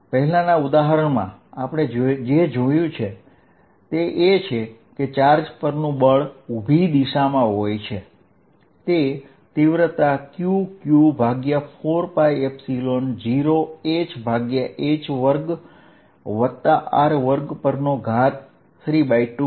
પહેલાનાં ઉદાહરણમાં આપણે જોયું કે ચાર્જ પરનું બળ ઉભી દિશામાં હોય છે તેનું મેગ્નીટ્યુડ Q q h4π0hh2R232 દ્વારા આપવામાં આવે છે